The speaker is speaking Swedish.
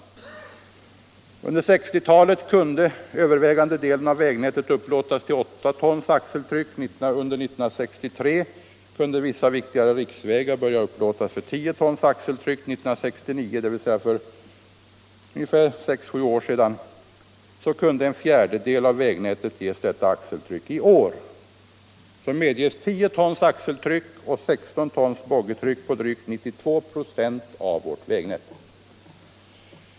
Under 1960-talet kunde övervägande delen av vägnätet upplåtas till 8 tons axeltryck och under år 1963 kunde vissa viktigare riksvägar börja upplåtas till 10 tons axeltryck. År 1969 — dvs. för ungefär sex sju år sedan — kunde en fjärdedel av vägnätet ges detta axeltryck. I år medges 10 tons axeltryck och 16 tons boggitryck på drygt 92 96 av vägnätet.